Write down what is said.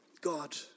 God